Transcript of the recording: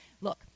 Look